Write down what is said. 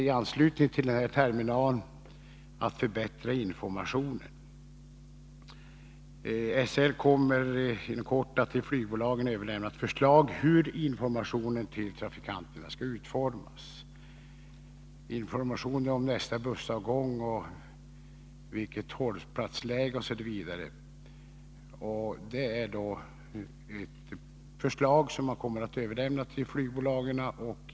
I anslutning till den här terminalen kommer man också att förbättra informationen. SL kommer inom kort att till flygbolagen överlämna ett förslag om hur informationen till trafikanterna skall utformas. Det gäller information om nästa bussavgång, det aktuella hållplatsläget osv.